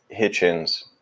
Hitchens